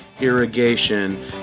irrigation